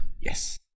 Yes